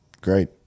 Great